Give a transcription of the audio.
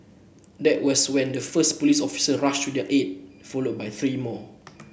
that was when the first police officer rushed to their aid followed by three more